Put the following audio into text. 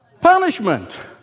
Punishment